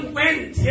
went